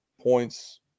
points